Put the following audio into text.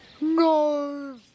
No